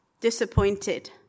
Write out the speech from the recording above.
disappointed